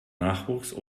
nachwuchs